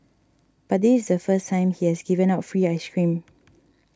but this is the first time he has given out free ice cream